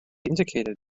indicated